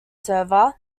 server